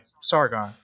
sargon